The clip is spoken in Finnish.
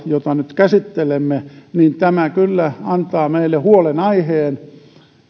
jota nyt käsittelemme niin tämä kyllä antaa meille huolenaiheen